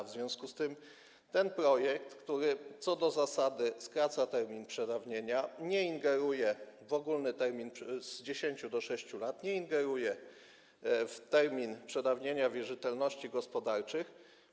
W związku z tym ten projekt, który co do zasady skraca termin przedawnienia, nie ingeruje w ogólny termin skrócenia z 10 do 6 lat, nie ingeruje w termin przedawnienia wierzytelności gospodarczych.